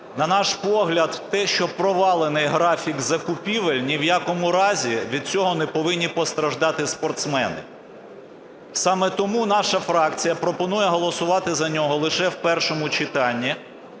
На наш погляд, те, що провалений графік закупівель, ні в якому разі від цього не повинні постраждати спортсмени. Саме тому наша фракція пропонує голосувати за нього лише в першому читанні.